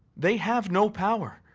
they have no power.